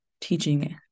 teaching